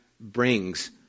brings